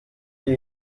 ihr